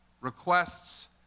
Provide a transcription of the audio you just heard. Requests